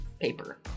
paper